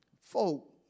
folk